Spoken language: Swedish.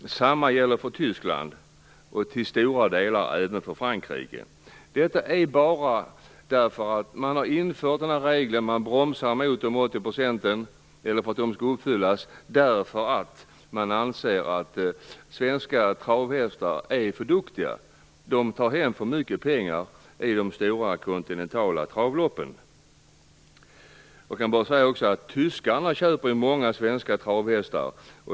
Detsamma gäller för Tyskland och till stora delar även för Man bromsar inför att regeln om 80 % skall uppfyllas därför att man anser svenska travhästar är för duktiga. De tar hem för mycket pengar i de stora kontinentala travloppen. Tyskarna köper många svenska travhästar.